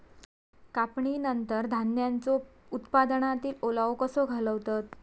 कापणीनंतर धान्यांचो उत्पादनातील ओलावो कसो घालवतत?